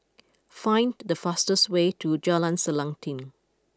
find the fastest way to Jalan Selanting